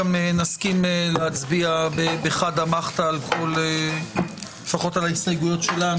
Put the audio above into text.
נסכים להצביע בחדא מחתא על ההסתייגויות לפחות שלנו.